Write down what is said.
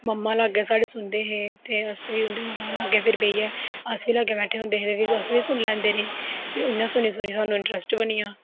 मम्मा लागै ग साढ़ै सुनदे हे ते अस बी उंदे कोल लाग्गै फिर बेहियै अस बी लाग्गै बैट्ठे दे होंदे हे ते अस बी सुनदे रेह् ते इयां सुनी सुनी साह्नू इंट्रस्ट बनिया